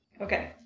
Okay